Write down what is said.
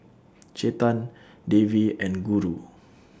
Chetan Devi and Guru